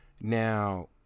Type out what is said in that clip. Now